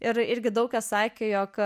ir irgi daug kas sakė jog